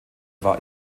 war